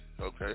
okay